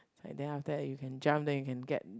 then after that you can jump then you can get